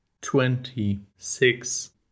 twenty-six